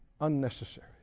unnecessary